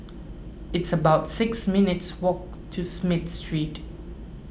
it's about six minutes' walk to Smith Street